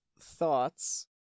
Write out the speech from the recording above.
thoughts